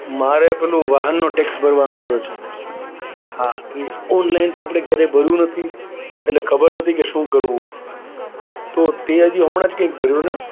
માંરે પેલું વાહનનો ટેક્સ ભરવાનો આવ્યો છે હા એવી ઓનલાઈન તો આપણે ક્યારેય ભર્યું નથી એટલે ખબર નથી કે શું કરવું તો તે હજી હમણાં જ કંઈક ભર્યોને